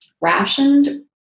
rationed